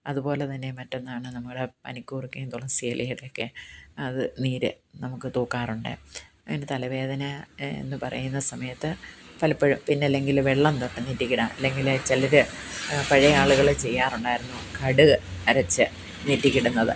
അതുപോലെ തന്നെ മറ്റൊന്നാണ് നമ്മളെ പനികൂർക്കയും തുളസിയിലയുടെയുമൊക്കെ അത് നീര് നമുക്ക് തൂക്കാറുണ്ട് അതിൻ്റെ തലവേദന എന്ന് പറയുന്ന സമയത്ത് പലപ്പോഴും പിന്നെ അല്ലെങ്കിൽ വെള്ളം തൊട്ട് നെറ്റിക്കിടാം അല്ലെങ്കിൽ ചിലർ പഴയ ആളുകൾ ചെയ്യാറുണ്ടായിരുന്നു കടുക് അരച്ച് നെറ്റിക്കിടുന്നത്